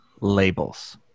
labels